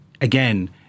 again